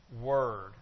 word